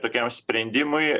tokiam sprendimui